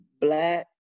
Black